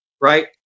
right